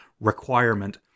requirement